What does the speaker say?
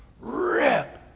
rip